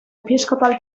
episcopal